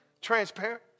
transparent